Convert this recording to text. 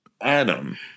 Adam